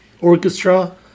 orchestra